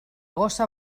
gossa